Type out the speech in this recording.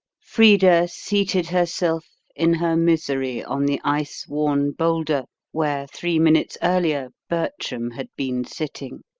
frida seated herself in her misery on the ice-worn boulder where three minutes earlier bertram had been sitting.